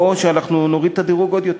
או שאנחנו נוריד את הדירוג עוד יותר.